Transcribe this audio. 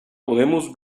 podemos